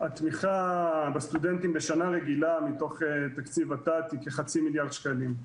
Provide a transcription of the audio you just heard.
התמיכה בסטודנטים בשנה רגילה מתוך תקציב ות"ת היא כחצי מיליארד שקלים.